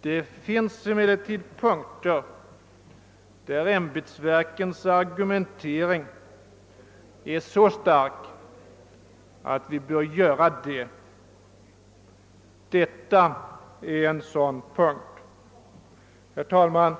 Det finns emellertid punkter där ämbetsverkens argumentering är så stark att ingen begränsning bör göras av deras önskemål. Det här citerade avsnittet utgör en sådan punkt. Herr talman!